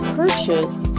purchase